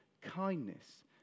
kindness